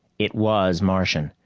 it was martian.